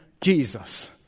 Jesus